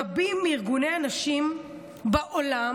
רבים מארגוני הנשים בעולם,